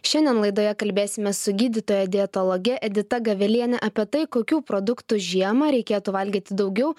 šiandien laidoje kalbėsime su gydytoja dietologė edita gaveliene apie tai kokių produktų žiemą reikėtų valgyti daugiau